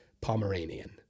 Pomeranian